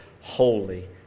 holy